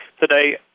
today